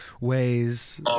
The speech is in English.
ways